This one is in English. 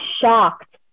shocked